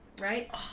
right